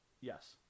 Yes